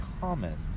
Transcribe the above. common